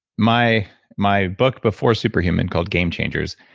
my my book before superhuman called gamechangers,